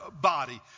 body